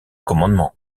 commandement